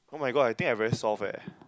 [oh]-my-god I think I very soft eh